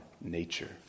nature